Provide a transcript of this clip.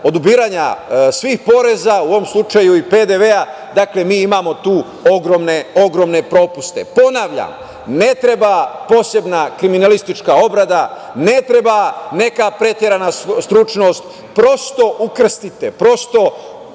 od ubiranja svih poreza, u ovom slučaju i PDV-a, dakle mi imamo tu ogromne propuste. Ponavljam, ne treba posebna kriminalistička obrada, ne treba neka preterana stručnost, prosto ukrstite, prosto